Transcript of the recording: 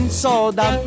soda